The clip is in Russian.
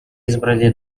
избрали